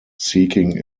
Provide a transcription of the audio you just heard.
seeking